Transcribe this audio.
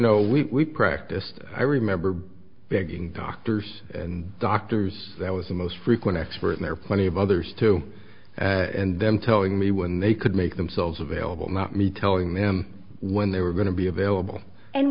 know we practiced i remember begging doctors and doctors that was the most frequent expert there plenty of others too and then telling me when they could make themselves available not me telling them when they were going to be available and